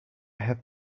have